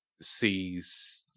sees